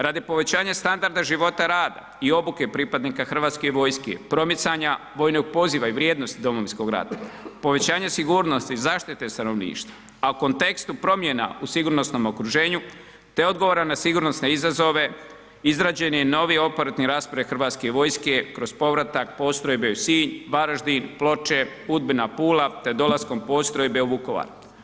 Radi povećanja standarda života rada i obuke pripadnika Hrvatske vojske, promicanja vojnog poziva i vrijednosti Domovinskog rata, povećanje sigurnosti i zaštite stanovništva a u kontekstu promjena u sigurnosnom okruženju te odgovora na sigurnosne izazove izrađen je novi operativni raspored Hrvatske vojske kroz povratak postrojbe u Sinj, Varaždin, Ploče, Udbina, Pula te dolaskom postrojbe u Vukovar.